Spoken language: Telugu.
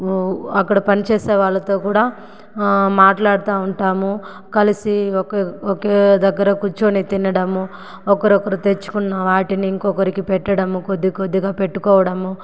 ఉ అక్కడ పనిచేసే వాళ్ళతో కూడా మాట్లాడతా ఉంటాము కలిసి ఒక ఒకే దగ్గర కూర్చొని తినడము ఒకరొకరు తెచ్చుకున్న వాటిని ఇంకొకరికి పెట్టడము కొద్ది కొద్దిగా పెట్టుకోవడము